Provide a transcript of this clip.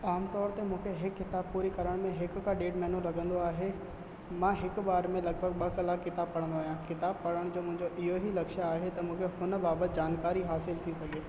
आम तौर ते मूंखे इहो किताबु पूरी करण में हिक खां ॾेढ महीनो लॻंदो आहे मां हिक बार में लॻभॻि ॿ कलाक किताब पढ़ंदो आहियां किताब पढ़ण जो मुंहिंजो इहो ई लक्ष्य आहे त मूंखे हुन बाबति जानकारी हासिल थी सघे